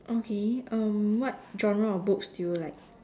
okay um what genre of books do you like